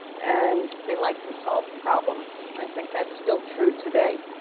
and they liked to solve problems. and i think that's still true today.